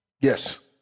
Yes